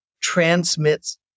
transmits